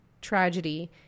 tragedy